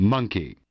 Monkey